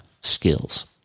skills